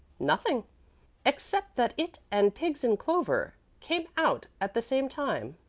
nothing except that it and pigs in clover came out at the same time,